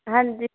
ਹਾਂਜੀ